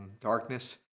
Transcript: darkness